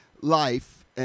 life